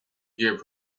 give